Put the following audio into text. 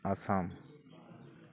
Assam